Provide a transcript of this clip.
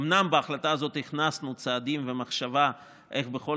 אומנם בהחלטה הזו הכנסנו צעדים ומחשבה איך בכל